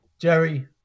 Jerry